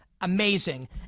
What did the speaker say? amazing